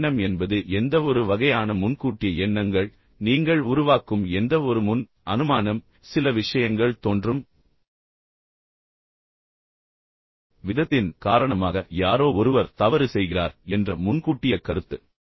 தப்பெண்ணம் என்பது எந்தவொரு வகையான முன்கூட்டிய எண்ணங்கள் நீங்கள் உருவாக்கும் எந்தவொரு முன் அனுமானம் சில விஷயங்கள் தோன்றும் விதத்தின் காரணமாக யாரோ ஒருவர் தவறு செய்கிறார் என்ற முன்கூட்டிய கருத்து